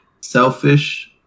selfish